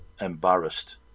embarrassed